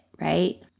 right